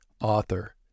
author